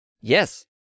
yes